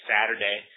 Saturday